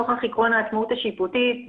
נוכח עקרון העצמאות השיפוטית,